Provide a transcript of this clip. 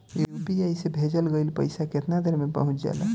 UPI से भेजल गईल पईसा कितना देर में पहुंच जाला?